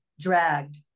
dragged